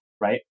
right